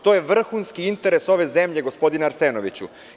To je vrhunski interes ove zemlje, gospodine Arsenoviću.